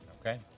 Okay